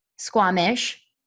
Squamish